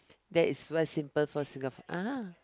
that is one simple for Singa~ ah